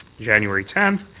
january tenth,